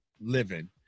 living